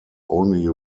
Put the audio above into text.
only